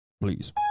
Please